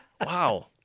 wow